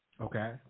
Okay